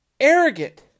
arrogant